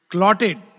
Clotted